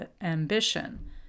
ambition